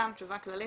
גם תשובה כללית,